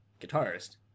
guitarist